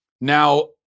Now